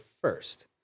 first